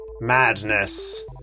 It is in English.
madness